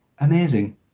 amazing